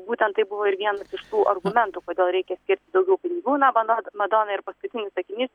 būtent tai buvo ir vienas iš tų argumentų kodėl reikia skirti daugiau pinigų na vado madona ir paskutinis sakinys ją